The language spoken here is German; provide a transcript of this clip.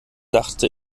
dachte